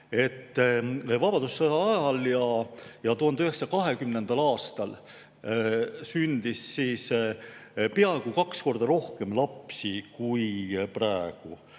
Vabadussõja ajal ja 1920. aastal sündis peaaegu kaks korda rohkem lapsi kui praegu.